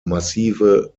massive